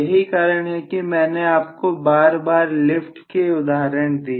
यही कारण है कि मैंने आपको बार बार लिफ्ट के उदाहरण दिए